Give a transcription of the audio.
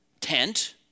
tent